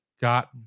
got